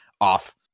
off